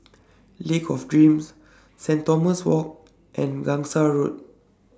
Lake of Dreams Saint Thomas Walk and Gangsa Road